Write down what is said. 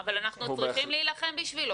אבל אנחנו צריכים להילחם בשבילו.